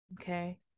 Okay